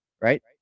right